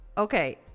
Okay